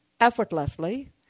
effortlessly